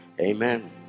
Amen